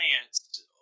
plants